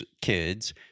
kids